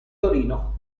torino